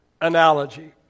analogy